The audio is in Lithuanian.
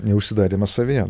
neužsidarymas savyje